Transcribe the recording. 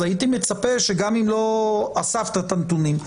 אז הייתי מצפה שגם אם לא אספת את הנתונים,